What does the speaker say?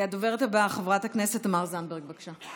הדוברת הבאה, חברת הכנסת תמר זנדברג, בבקשה.